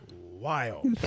wild